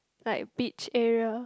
like beach area